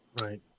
Right